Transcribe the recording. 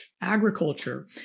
agriculture